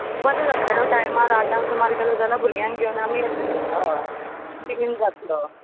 बरें जातलें न्हू टायमार आठांक सुमार केलो जाल्या भुरग्यांक घेवन आमी येतलीं हय बेगीन जातलो